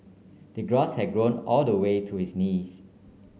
the grass had grown all the way to his knees